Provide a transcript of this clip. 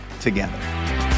together